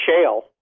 shale